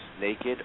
naked